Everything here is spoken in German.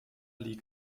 league